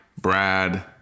brad